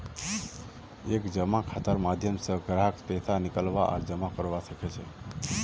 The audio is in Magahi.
एक जमा खातार माध्यम स ग्राहक पैसा निकलवा आर जमा करवा सख छ